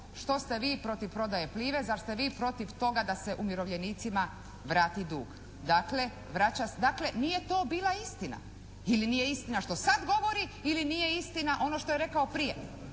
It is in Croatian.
što ste vi protiv prodaje Plive, zar ste vi protiv toga da se umirovljenicima vrati dug. Dakle, vraća, dakle nije to bila istina. Ili nije istina što sad govori ili nije istina ono što je rekao prije.